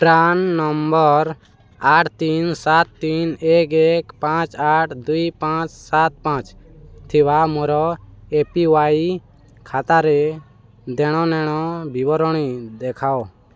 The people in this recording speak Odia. ପ୍ରାନ୍ ନମ୍ବର୍ ଆଠ ତିନି ସାତ ତିନି ଏକ ଏକ ପାଞ୍ଚ ଆଠ ଦୁଇ ପାଞ୍ଚ ସାତ ପାଞ୍ଚ ଥିବା ମୋର ଏ ପି ୱାଇ ଖାତାର ଦେଣନେଣ ବିବରଣୀ ଦେଖାଅ